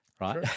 right